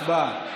הצבעה.